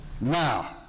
Now